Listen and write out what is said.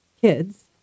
kids